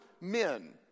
men